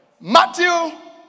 Matthew